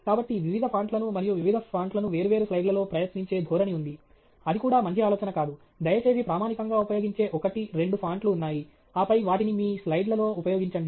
కాబట్టి వివిధ ఫాంట్లను మరియు వివిధ ఫాంట్లను వేర్వేరు స్లైడ్లలో ప్రయత్నించే ధోరణి ఉంది అది కూడా మంచి ఆలోచన కాదు దయచేసి ప్రామాణికంగా ఉపయోగించే ఒకటి రెండు ఫాంట్ లు ఉన్నాయి ఆపై వాటిని మీ స్లైడ్ల లో ఉపయోగించండి